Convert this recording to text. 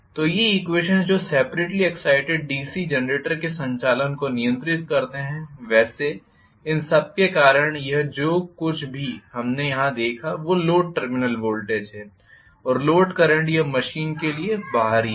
तो ये ईक्वेशन्स हैं जो सेपरेट्ली एग्ज़ाइटेड डीसी जेनरेटर के संचालन को नियंत्रित करते हैं वैसे इन सबके कारण यह जो कुछ भी हमने यहां देखा वह लोड टर्मिनल वोल्टेज है और लोड करंट यह मशीन के लिए बाहरी है